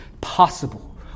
possible